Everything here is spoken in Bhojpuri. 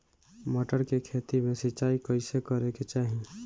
मटर के खेती मे सिचाई कइसे करे के चाही?